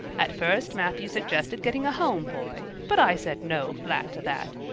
at first matthew suggested getting a home boy. but i said no flat to that.